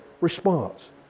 Response